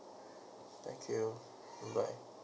thank you bye bye